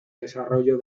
desarrollo